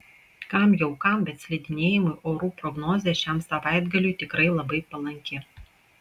kam jau kam bet slidinėjimui orų prognozė šiam savaitgaliui tikrai labai palanki